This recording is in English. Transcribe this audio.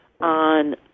on